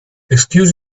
excuse